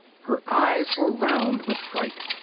her eyes were round with fright.